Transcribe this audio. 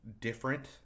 different